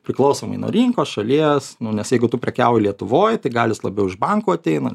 priklausomai nuo rinkos šalies nu nes jeigu tu prekiauji lietuvoj tai gal jis labiau iš banko ateina